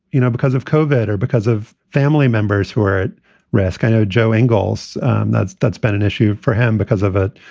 you know, because of cauvin or because of family members who are at risk. and joe ingles. and that's that's been an issue for him because of it.